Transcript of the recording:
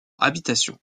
habitation